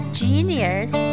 genius